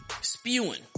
spewing